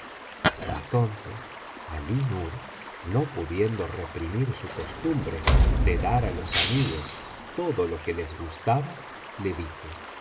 entonces alí ííur no pudiendo reprimir su costumbre de dar á los amigos todo lo que les gustaba le elijo